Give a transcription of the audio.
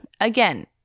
again